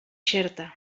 xerta